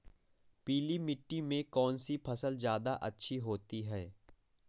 पीली मिट्टी में कौन सी फसल ज्यादा अच्छी होती है?